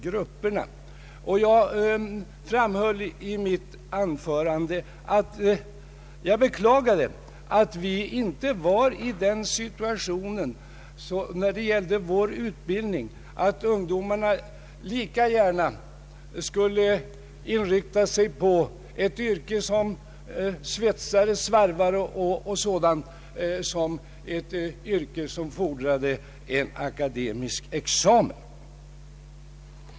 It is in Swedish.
Jag beklagade i mitt anförande att vi inte när det gällde utbildning var i den situationen att ungdomarna lika gärna inriktade sig på ett yrke som svetsare eller svarvare som på ett yrke som fordrade en akademisk examen.